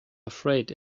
afraid